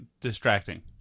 distracting